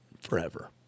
forever